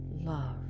love